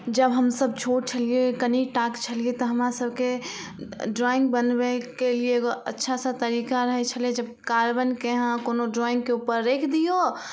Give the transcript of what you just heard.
जब हमसब छोट छलियै कनिटाके छलियै तऽ हमरा सबके ड्राइंग बनबयके लिए एगो अच्छा सा तरीका रहय छलय जब कार्बनके अहाँ कोनो ड्राइंगके उपर रखि दियौ